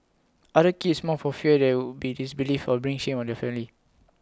others keeps mum for fear that they would be disbelieved or bring shame on their family